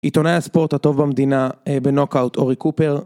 עיתונאי הספורט הטוב במדינה, בנוקאוט, אורי קופר